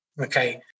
Okay